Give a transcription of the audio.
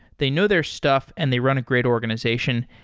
they know their stuff and they run a great organization.